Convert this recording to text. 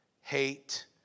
hate